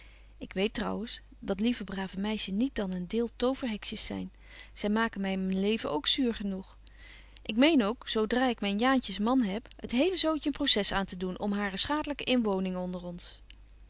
ik weet trouwens dat lieve brave meisjes niet dan een deel toverhexjes zyn zy maken my myn leven ook zuur genoeg ik meen ook zo dra ik myn jaantjes man ben het hele zootje een proces aantedoen om hare schadelyke inwoning onder ons